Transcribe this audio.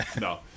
No